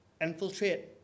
infiltrate